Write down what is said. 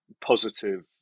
positive